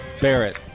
Barrett